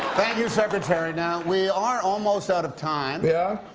you, secretary. now, we are almost out of time yeah